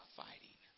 fighting